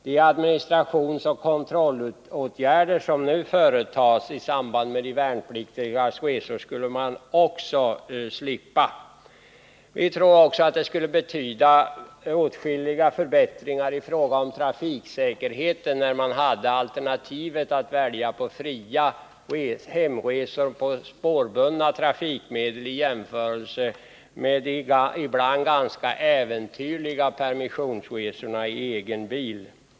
De administrationsoch kontrollåtgärder som nu företas i samband med de värnpliktigas resor skulle man också slippa. Vi tror också att det skulle betyda åtskilliga förbättringar i fråga om trafiksäkerheten om man hade alternativet att välja fria hemresor på spårbundna trafikmedel i jämförelse med de ibland ganska äventyrliga permissionsresorna i egen bil.